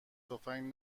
تفنگ